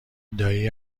دایی